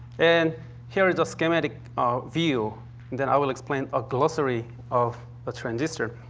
and here is a schematic view that i will explain, a glossary of the transistor.